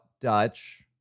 Dutch